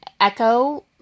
echo